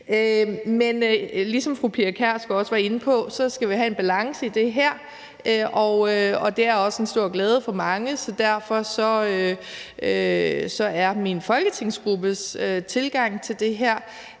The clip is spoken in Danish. Men ligesom fru Pia Kjærsgaard også var inde på, skal vi have en balance i det her, og det er også en stor glæde for mange, så derfor er min folketingsgruppes tilgang til det her,